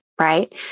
right